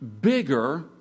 bigger